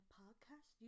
podcast